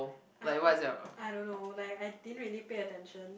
I I I don't know like I didn't really pay attention